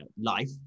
life